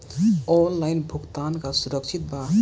Online भुगतान का सुरक्षित बा?